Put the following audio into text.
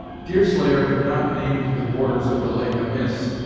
deerslayer had not named the borders of the lake amiss.